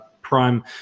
Prime